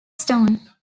stone